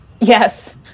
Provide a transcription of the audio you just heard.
Yes